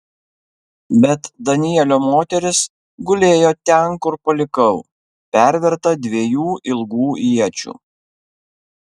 bet danielio moteris gulėjo ten kur palikau perverta dviejų ilgų iečių